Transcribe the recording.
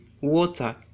water